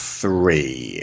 three